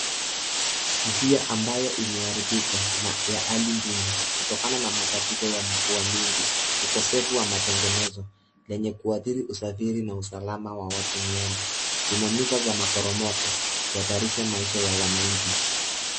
Njia ambayo imeharibika na ya hali duni, kutokana na matatizo ya mvua mingi, ukosefu wa matengenezo, lenye kuathiri usafiri na usalama wa watumiaji. Lina nyufa za maporomoko, kuhatarisha maisha ya wananchi.